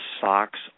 socks